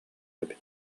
эбит